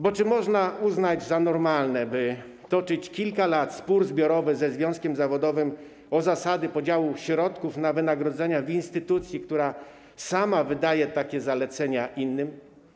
Bo czy można uznać za normalne, by toczyć kilka lat spór zbiorowy ze związkiem zawodowym o zasady podziału środków na wynagrodzenia w instytucji, która sama wydaje takie zalecenia innym?